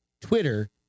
twitter